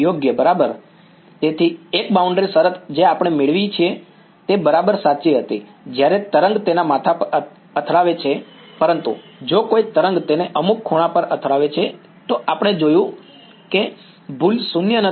યોગ્ય બરાબર તેથી એક બાઉન્ડ્રી શરત જે આપણે મેળવીએ છીએ તે બરાબર સાચી હતી જ્યારે તરંગ તેના માથા પર અથડાવે છે પરંતુ જો કોઈ તરંગ તેને અમુક ખૂણા પર અથડાવે છે તો આપણે જોયું છે કે ભૂલ શૂન્ય નથી